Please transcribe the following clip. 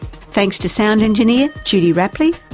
thanks to sound engineer, judy rapley,